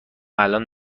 الآن